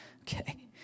Okay